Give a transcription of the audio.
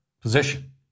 position